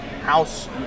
house